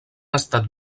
estat